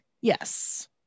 yes